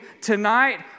tonight